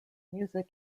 music